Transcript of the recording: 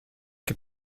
que